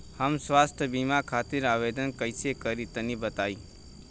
हम स्वास्थ्य बीमा खातिर आवेदन कइसे करि तनि बताई?